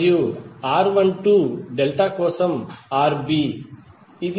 మరియు R12 delta కోసం Rb